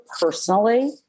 personally